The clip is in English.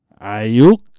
Ayuk